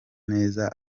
neza